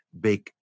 big